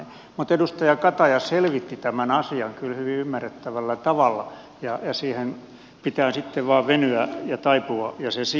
mutta edustaja kataja selvitti tämän asian kyllä hyvin ymmärrettävällä tavalla ja siihen pitää sitten vain venyä ja taipua ja se sietää